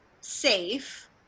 safe